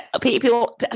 people